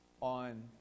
on